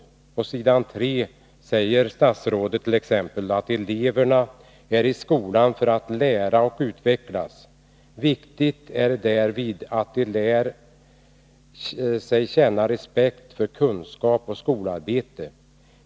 Som framgår av utskottets betänkande, s. 3, säger statsrådet t.ex. i propositionen: ”Eleverna är i skolan för att lära och utvecklas. Viktigt är därvid att de lär sig känna respekt för kunskap och skolarbete.